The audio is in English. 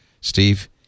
Steve